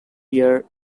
year